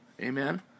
Amen